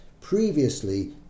previously